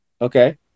Okay